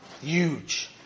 Huge